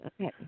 okay